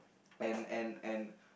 and and and